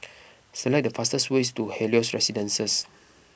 select the fastest way to Helios Residences